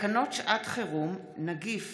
תקנות שעת חירום (נגיף